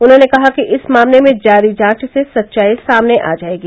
उन्हॉने कहा कि इस मामले में जारी जांच से सच्चाई सामने आ जाएगी